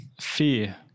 fear